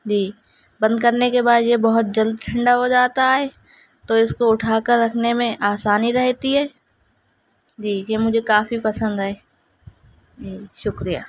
جی بند کرنے کے بعد یہ بہت جلد ٹھنڈا ہو جاتا ہے تو اس کو اٹھا کر رکھنے میں آسانی رہتی ہے جی یہ مجھے کافی پسند ہے جی شکریہ